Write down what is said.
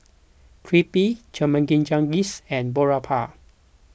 Crepe Chimichangas and Boribap